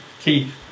Keith